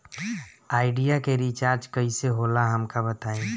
Idea के recharge कईसे होला हमका बताई?